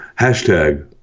hashtag